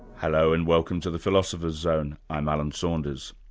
hello, and welcome to the philosopher's zone, i'm alan saunders.